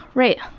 right.